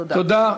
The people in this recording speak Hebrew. תודה.